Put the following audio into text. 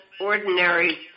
ordinary